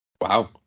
Wow